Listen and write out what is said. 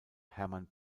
hermann